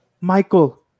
Michael